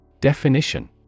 Definition